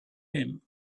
him